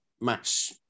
match